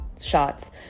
shots